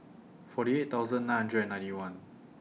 forty eight thousand nine hundred and ninety one